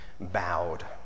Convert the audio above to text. bowed